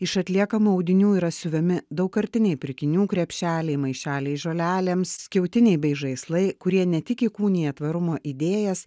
iš atliekamų audinių yra siuvami daugkartiniai pirkinių krepšeliai maišeliai žolelėms skiautiniai bei žaislai kurie ne tik įkūnija tvarumo idėjas